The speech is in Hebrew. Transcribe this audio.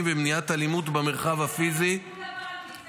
במניעת אלימות במרחב הפיזי -- אבל אין שום דבר על גזענות.